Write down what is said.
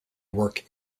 work